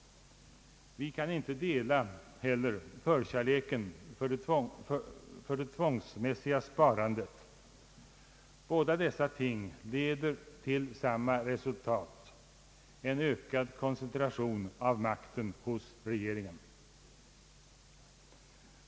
Vi kan inte heller dela förkärleken för det tvångsmässiga sparandet. Båda dessa ting leder till samma resultat: en ökad koncentration av makten hos regeringen.